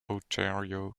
ontario